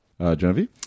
Genevieve